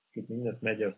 skirtingas medijas